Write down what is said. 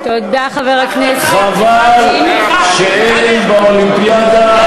חבל שאין באולימפיאדה,